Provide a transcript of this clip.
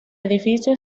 edificio